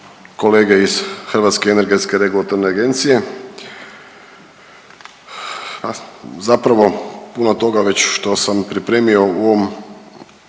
kolege iz Hrvatske energetske regulatorne agencije, ha zapravo puno toga već što sam pripremio u ovom